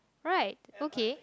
right okay